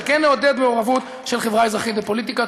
שכן נעודד מעורבות של חברה אזרחית בפוליטיקה.